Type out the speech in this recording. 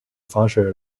方式